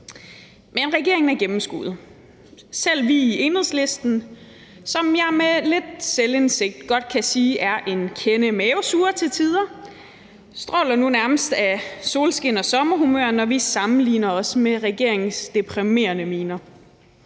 Men regeringen er gennemskuet. Selv vi i Enhedslisten, som jeg med lidt selvindsigt godt kan sige er en kende mavesure til tider, stråler nu nærmest af solskin og sommerhumør, når vi sammenligner os med regeringens deprimerende miner.